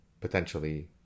potentially